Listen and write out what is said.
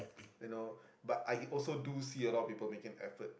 you know but I also do see a lot of people making effort